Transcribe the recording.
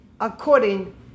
according